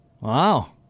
Wow